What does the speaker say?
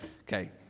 Okay